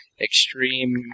extreme